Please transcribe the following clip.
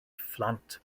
phlant